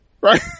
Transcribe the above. right